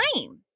time